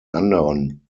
anderen